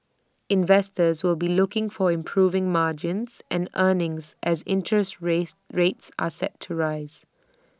investors will be looking for improving margins and earnings as interest rate rates are set to rise